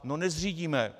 No nezřídíme.